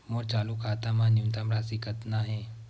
मोर चालू खाता मा न्यूनतम राशि कतना हे?